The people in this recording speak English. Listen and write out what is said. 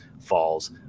falls